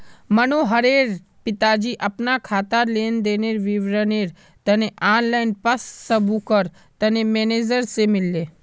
मनोहरेर पिताजी अपना खातार लेन देनेर विवरनेर तने ऑनलाइन पस्स्बूकर तने मेनेजर से मिलले